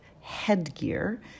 headgear